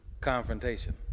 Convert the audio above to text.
confrontation